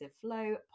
Flow